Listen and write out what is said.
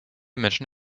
menschen